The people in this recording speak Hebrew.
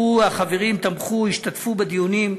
החברים תמכו, השתתפו בדיונים,